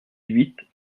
huit